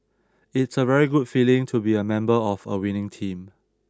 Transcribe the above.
it's a very good feeling to be a member of a winning team